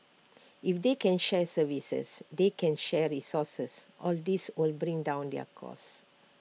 if they can share services they can share resources all these will bring down their cost